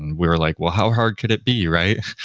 and we were like, well, how hard could it be, right?